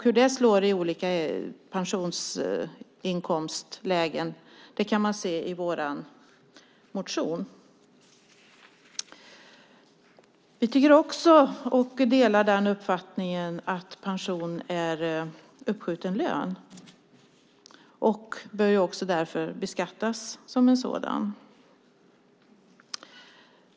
Hur det slår i olika pensionsinkomstlägen kan man se i vår motion. Vi delar också uppfattningen att pension är uppskjuten lön och bör beskattas som sådan.